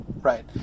right